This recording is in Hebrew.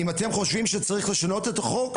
אם אתם חושבים שצריך לשנות את החוק,